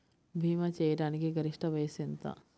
భీమా చేయాటానికి గరిష్ట వయస్సు ఎంత?